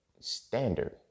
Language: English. standard